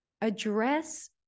Address